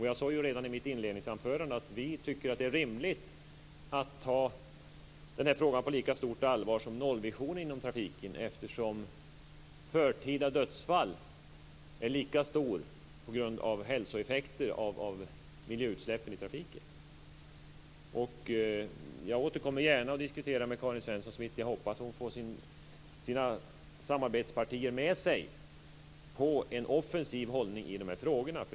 Jag sade redan i mitt inledningsanförande att vi tycker att det är rimligt att ta den här frågan på lika stort allvar som nollvisionen i trafiken, eftersom hälsoeffekterna av miljöutsläppen i trafiken svarar för förtida dödsfall i lika hög frekvens. Jag återkommer gärna till en diskussion med Karin Svensson Smith. Jag hoppas att hon får med sig sina samarbetspartier på en offensiv hållning i dessa frågor.